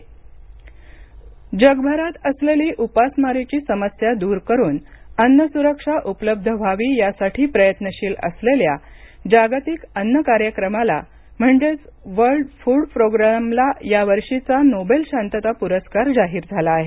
Nobel पुरस्कार जगभरात असलेली उपासमारीची समस्या दूर करून अन्न सुरक्षा उपलब्ध व्हावी यासाठी प्रयत्नशील असलेल्या जागतिक अन्न कार्यक्रमाला म्हणजेच वर्ल्ड फूड प्रोग्रॅमला या वर्षीचा नोबेल शांतता पुरस्कार जाहीर झाला आहे